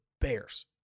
bears